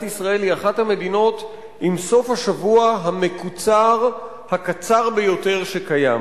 ישראל היא אחת המדינות עם סוף השבוע המקוצר הקצר ביותר שקיים.